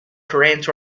current